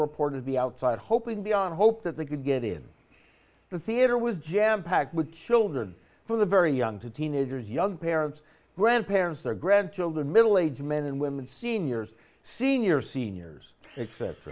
reported the outside hoping beyond hope that they could get in the theater was jam packed with children from the very young to teenagers young parents grandparents their grandchildren middle aged men and women seniors seniors seniors